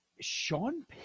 Sean